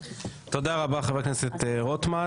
תודה רבה לחבר הכנסת רוטמן.